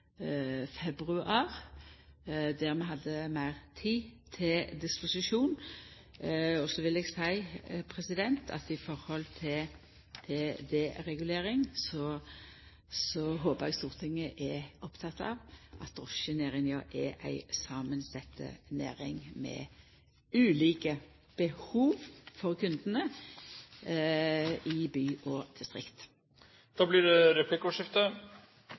februar, då vi hadde meir tid til disposisjon. Og så vil eg seia at i høve til deregulering håper eg Stortinget er oppteke av at drosjenæringa er ei samansett næring med ulike behov for kundane i by og distrikt. Det blir replikkordskifte.